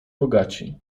bogaci